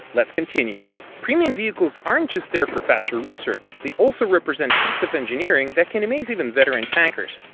let's continue! premium vehicles aren't just there for faster research, they also represent feats of engineering that can amaze even veteran tankers!